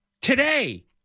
today